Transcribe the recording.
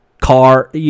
car